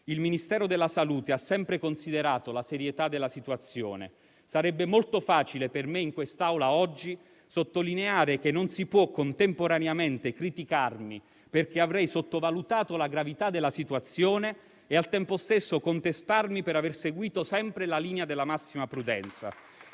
Il Ministero della salute ha sempre considerato la serietà della situazione. Sarebbe molto facile per me, in quest'Aula, oggi, sottolineare che non si può contemporaneamente criticarmi perché avrei sottovalutato la gravità della situazione e, al tempo stesso, contestarmi per aver seguito sempre la linea della massima prudenza